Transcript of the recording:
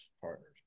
partners